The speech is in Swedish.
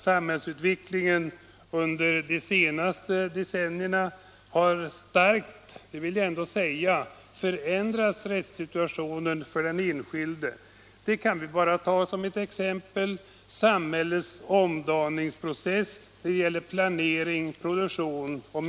Samhällsutvecklingen under de senaste decennierna har naturligtvis starkt förändrat rättssituationen för den enskilde; som ett exempel kan vi ta samhällets omdaningsprocess när det gäller planering och produktion.